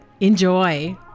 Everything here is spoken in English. Enjoy